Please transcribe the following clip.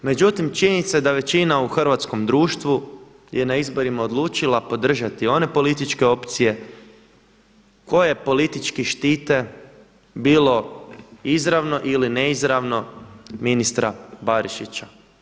Međutim, činjenica je da većina u hrvatskom društvu je na izborima odlučila podržati one političke opcije koje politički štite bilo izravno ili neizravno ministra Barišića.